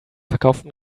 verkauften